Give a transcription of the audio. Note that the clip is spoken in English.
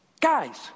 Guys